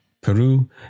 Peru